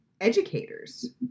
educators